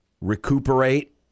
recuperate